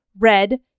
Red